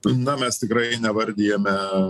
na mes tikrai nevardijame